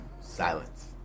silence